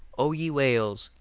o ye whales,